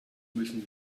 müssen